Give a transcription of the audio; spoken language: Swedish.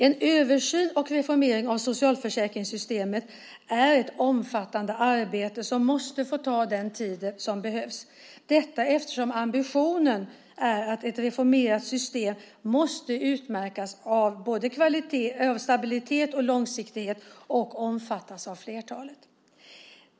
En översyn och reformering av socialförsäkringssystemet är ett omfattande arbete som måste få ta den tid som behövs, eftersom ambitionen är att ett reformerat system måste utmärkas av både stabilitet och långsiktighet samt omfattas av flertalet.